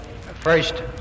First